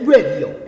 Radio